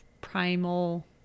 primal